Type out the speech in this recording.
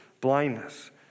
blindness